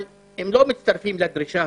הם אומרים ש-26 זה ארוך אבל הם לא מצטרפים לדרישה.